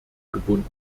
gebunden